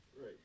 right